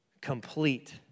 complete